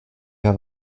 have